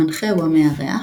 המנחה הוא 'המארח'